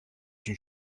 une